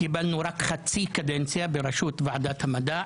קיבלנו רק חצי קדנציה בראשות ועדת המדע,